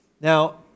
Now